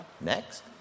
Next